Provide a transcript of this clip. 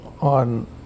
on